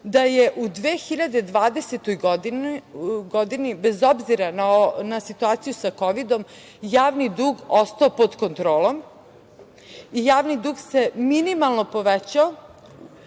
da je u 2020. godini, bez obzira na situaciju sa kovidom, javni dug ostao pod kontrolom, javni dug se minimalno povećao